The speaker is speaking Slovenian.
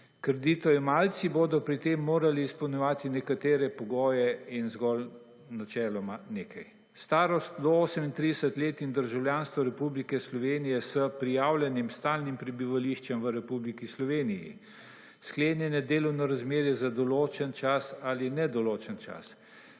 Kreditojemalci bodo pri tem morali izpolnjevati nekatere pogoje in zgolj načeloma nekaj. Starost do 38 let in državljanstvo Republike Slovenije s prijavljenim stalnim prebivališčem v Republiki Sloveniji: sklenjeno delovno razmerje za določen ali nedoločen čas,